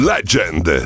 Legend